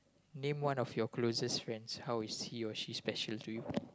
name one of your closest friends how is he or she special to you